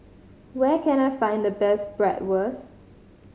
where can I find the best Bratwurst